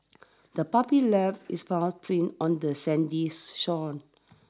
the puppy left its paw print on the Sandy's shore